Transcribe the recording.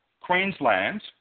Queensland